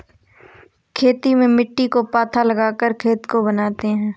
खेती में मिट्टी को पाथा लगाकर खेत को बनाते हैं?